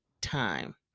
time